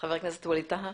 חבר הכנסת ווליד טאהא.